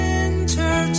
Winter